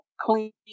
clean